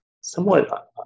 somewhat